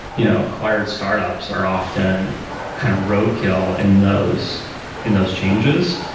you know acquired startups are often kind of roadkill in those in those changes.